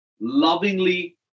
lovingly